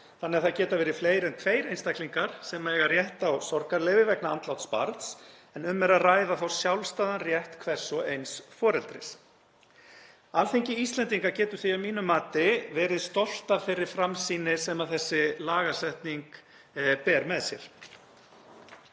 þannig að það geta verið fleiri en tveir einstaklingar sem eiga rétt á sorgarleyfi vegna andláts barns en um er að ræða sjálfstæðan rétt hvers og eins foreldris. Alþingi Íslendinga getur því að mínu mati verið stolt af þeirri framsýni sem þessi lagasetning ber með sér.